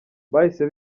bahise